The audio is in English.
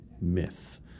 myth